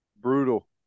Brutal